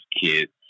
kids